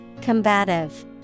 Combative